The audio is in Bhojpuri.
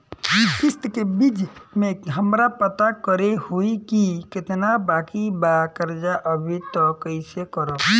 किश्त के बीच मे हमरा पता करे होई की केतना बाकी बा कर्जा अभी त कइसे करम?